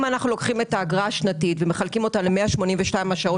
אם אנחנו לוקחים את האגרה השנתית ומחלקים אותה ל-182 השעות